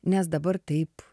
nes dabar taip